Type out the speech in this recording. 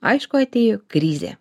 aišku atėjo krizė